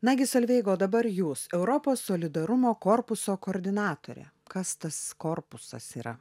nagi solveiga o dabar jūs europos solidarumo korpuso koordinatorė kas tas korpusas yra